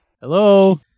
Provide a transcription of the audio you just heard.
Hello